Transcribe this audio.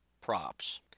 props